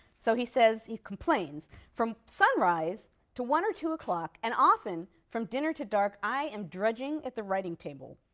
so he says he complains from sunrise to one or two o'clock, and often from dinner to dark, i am drudging at the writing table.